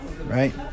right